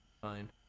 fine